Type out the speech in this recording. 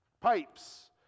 pipes